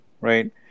right